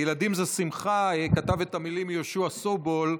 "ילדים זה שמחה" כתב את המילים יהושע סובול.